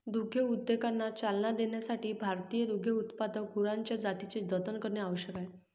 दुग्धोद्योगाला चालना देण्यासाठी भारतीय दुग्धोत्पादक गुरांच्या जातींचे जतन करणे आवश्यक आहे